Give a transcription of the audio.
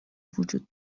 وجود